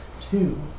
Two